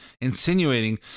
insinuating